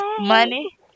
money